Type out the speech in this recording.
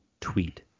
tweet